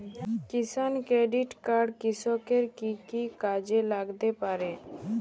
কিষান credit card কৃষকের কি কি কাজে লাগতে পারে?